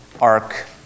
arc